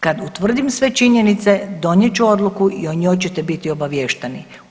Kad utvrdim sve činjenice donijet ću odluku i o njoj ćete biti obavješteni.